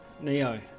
Neo